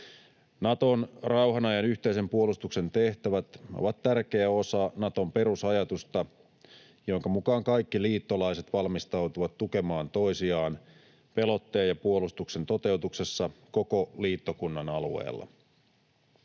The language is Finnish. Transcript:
Naton rauhan ajan yhteisen puolustuksen tehtävät ovat tärkeä osa Naton perusajatusta, jonka mukaan kaikki liittolaiset valmistautuvat tukemaan toisiaan pelotteen ja puolustuksen toteutuksessa koko liittokunnan alueella.